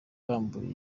arambuye